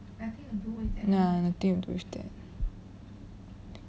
ya nothing to do with that